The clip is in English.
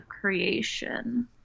Creation